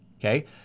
okay